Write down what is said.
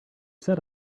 said